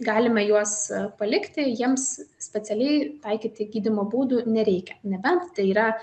galime juos palikti jiems specialiai taikyti gydymo būdų nereikia nebent tai yra